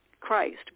Christ